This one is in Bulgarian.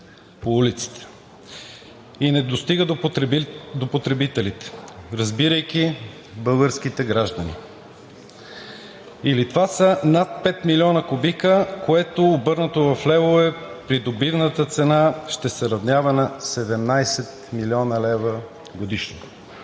по улиците и недостига до потребителите, разбирайте българските граждани, или това са над 5 милиона кубика, което обърнато в левове – при добивната цена ще се равнява на 17 млн. лв. годишно.